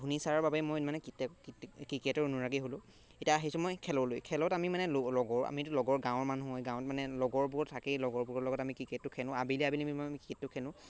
ধোনী ছাৰৰ বাবে মই মানে ক্ৰিকেটৰ অনুৰাগী হ'লোঁ এতিয়া আহিছোঁ মই খেললৈ খেলত আমি মানে লগ লগৰ আমিতো লগৰ গাঁৱৰ মানুহ হয় গাঁৱত মানে লগৰবোৰত থাকেই লগৰবোৰৰ লগত আমি ক্ৰিকেটটো খেলোঁ আবেলি আবেলি আমি ক্ৰিকেটটো খেলোঁ